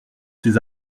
ces